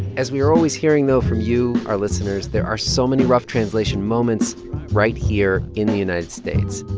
as we are always hearing, though, from you, our listeners, there are so many rough translation moments right here in the united states,